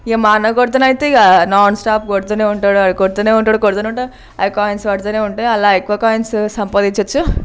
ఇక మా అన్నకొడితేనైతే ఇక నాన్ స్టాప్ కొడుతు ఉంటాడు కొడుతు ఉంటాడు కొడుతు ఉంటాడు అవి కాయిన్స్ పడతు ఉంటాయి అలా ఎక్కువ కాయిన్స్ సంపాదించవచ్చు